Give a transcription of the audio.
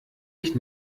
ich